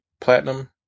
Platinum